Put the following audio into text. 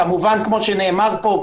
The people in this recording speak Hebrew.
כמו שנאמר פה,